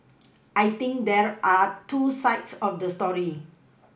I think there are two sides of the story